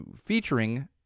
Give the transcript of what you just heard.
featuring